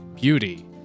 beauty